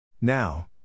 Now